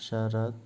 ಶರತ್